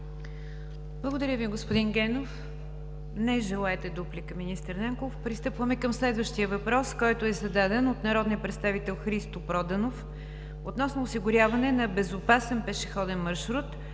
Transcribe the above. Благодаря Ви, господин Генов. Не желаете дуплика, министър Нанков. Пристъпваме към следващия въпрос, който е зададен от народния представител Христо Проданов относно осигуряване на безопасен пешеходен маршрут